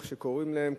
איך שקוראים להם,